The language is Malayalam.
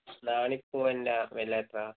ഞാലിപ്പൂവന്റെ വില എത്രയാണ്